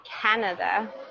canada